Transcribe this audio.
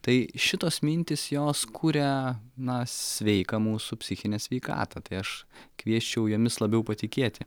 tai šitos mintys jos kuria na sveiką mūsų psichinę sveikatą tai aš kviesčiau jomis labiau patikėti